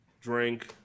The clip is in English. drink